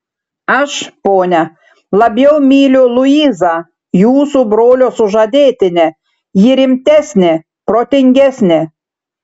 aš ponia labiau myliu luizą jūsų brolio sužadėtinę ji rimtesnė protingesnė